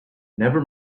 never